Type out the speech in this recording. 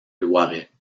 loiret